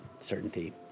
certainty